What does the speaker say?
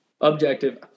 objective